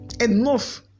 Enough